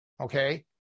okay